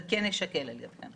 זה כן יישקל על ידיכם.